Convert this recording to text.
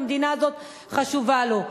והמדינה הזאת חשובה לו.